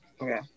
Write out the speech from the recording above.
Okay